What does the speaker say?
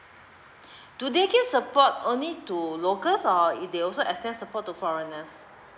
do they can support only to locals or if they also extend support to foreigners